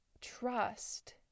trust